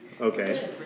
Okay